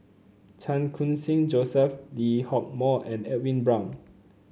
Chan Khun Sing Joseph Lee Hock Moh and Edwin Brown